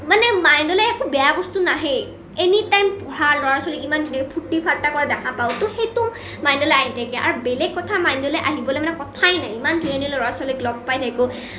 মানে মাইণ্ডলৈ একো বেয়া বস্তু নাহেই এনি টাইম পঢ়া ল'ৰা ছোৱালীক ইমান ফূৰ্তি ফাটা কৰা দেখা পাওঁতো সেইটো মাইণ্ডলৈ আহি থাকে আৰু বেলেগ কথা মাইণ্ডলৈ আহিবলৈ মানে কথাই নাই ইমান ধুনীয়া ধুনীয়া ল'ৰা ছোৱালীক লগ পাই থাকো